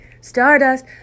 stardust